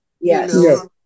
yes